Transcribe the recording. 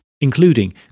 including